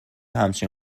همچین